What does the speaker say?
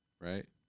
Right